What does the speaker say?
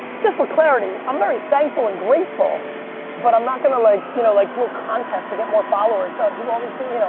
just for clarity, i'm very thankful and grateful but i'm not gonna like you know like do a contest to get more followers. so all these people, you know,